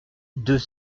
deux